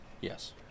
Yes